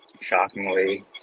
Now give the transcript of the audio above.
shockingly